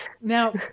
Now